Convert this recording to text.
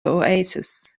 oasis